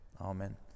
Amen